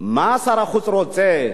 מה שר החוץ רוצה.